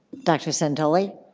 dr. santoli?